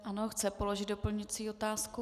Ano, chce položit doplňující otázku.